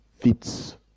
fits